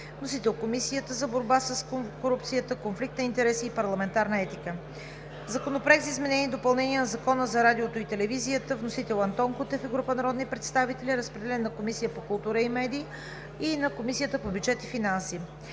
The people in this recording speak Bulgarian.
Вносител – Комисията за борба с корупцията, конфликт на интереси и парламентарна етика. Законопроект за изменение и допълнение на Закона за радиото и телевизията. Вносител – Антон Кутев и група народни представители. Разпределен е на Комисията по културата и медиите и на Комисията по бюджет и финанси.